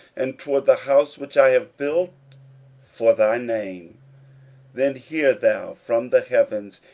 and toward the house which i have built for thy name then hear thou from the heavens,